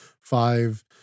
five